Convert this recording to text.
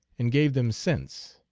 and gave them sense.